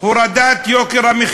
לו ססמה שהוא הלך אחריה: הורדת יוקר המחיה